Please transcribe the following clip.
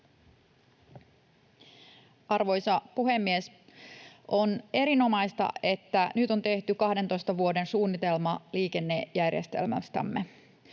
Arvoisa puhemies! On erinomaista, että nyt on tehty 12 vuoden suunnitelma liikennejärjestelmästämme.